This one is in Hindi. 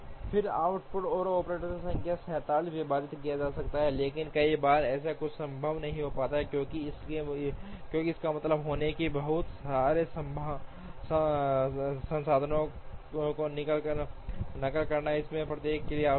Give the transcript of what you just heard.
फिर आउटपुट को ऑपरेटरों की संख्या से 47 विभाजित किया जा सकता है लेकिन कई बार ऐसा कुछ संभव नहीं होगा क्योंकि इसका मतलब होगा कि बहुत सारे संसाधनों की नकल करना उनमें से प्रत्येक के लिए आवश्यक हैं